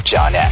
John